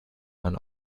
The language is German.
man